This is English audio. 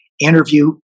interview